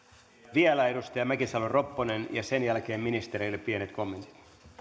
vielä edustaja mäkisalo ropponen ja sen jälkeen ministereille pienet kommentit